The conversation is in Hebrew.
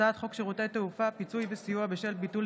הצעת חוק שירותי תעופה (פיצוי וסיוע בשל ביטול